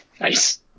Nice